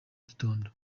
gitondo